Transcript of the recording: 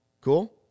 Cool